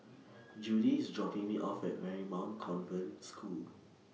Judy IS dropping Me off At Marymount Convent School